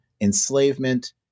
enslavement